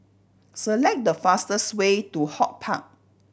select the fastest way to HortPark